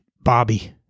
Bobby